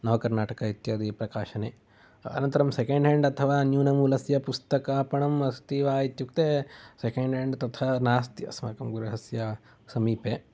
नवकर्णाटका इत्यादि प्रकाशने अनन्तरं सेकेण्ड् ह्याण्ड् अथवा न्यूनमूल्यस्य पुस्तकापणम् अस्ति वा इत्युक्ते सेकेण्ड् ह्याण्ड् तथा नास्ति अस्माकं गृहस्य समीपे